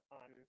on